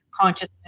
consciousness